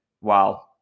wow